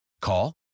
Call